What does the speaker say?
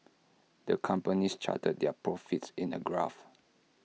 the company charted their profits in A graph